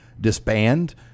disband